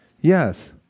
Yes